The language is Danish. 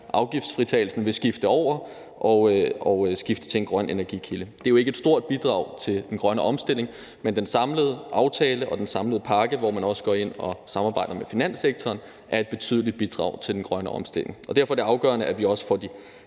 afgiftsfritagelsen vil skifte over og skifte til en grøn energikilde. Det er jo ikke et stort bidrag til den grønne omstilling, men den samlede aftale og den samlede pakke, hvor man også går ind og samarbejder med finanssektoren, er et betydeligt bidrag til den grønne omstilling, og derfor er det afgørende, at vi også får de